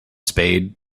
spade